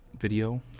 video